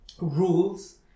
rules